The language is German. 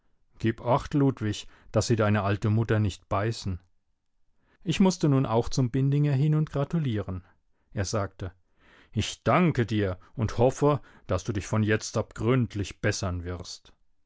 gib acht ludwig daß sie deine alte mutter nicht beißen ich mußte nun auch zum bindinger hin und gratulieren er sagte ich danke dir und hoffe daß du dich von jetzt ab gründlich bessern wirst